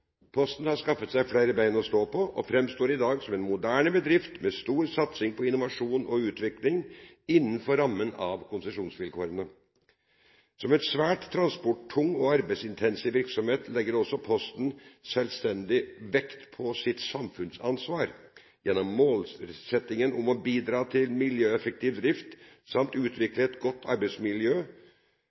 Posten har skaffet seg flere ben å stå på og framstår i dag som en moderne bedrift med stor satsing på innovasjon og utvikling innenfor rammen av konsesjonsvilkårene. Som en svært transporttung og arbeidsintensiv virksomhet legger også Posten selvstendig vekt på sitt samfunnsansvar gjennom målsettingen om å bidra til miljøeffektiv drift samt utvikle et godt arbeidsmiljø